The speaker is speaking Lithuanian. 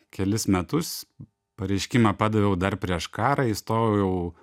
kelis metus pareiškimą padaviau dar prieš karą įstojau